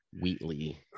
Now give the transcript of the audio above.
wheatley